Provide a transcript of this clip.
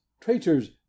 traitors